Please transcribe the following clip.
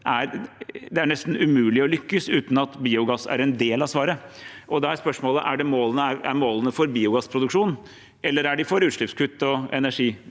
Det er nesten umulig å lykkes uten at biogass er en del av svaret. Da er spørsmålet: Er målene for biogassproduksjon, eller er de for utslippskutt og energitilfang?